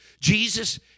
Jesus